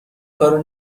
کارو